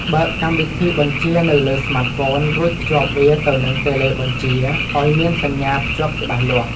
បើកកម្មវិធីបញ្ជានៅលើស្មាតហ្វូន រួចភ្ជាប់វាទៅនឹងតេឡេបញ្ជាឱ្យមានសញ្ញាភ្ជាប់ច្បាស់លាស់។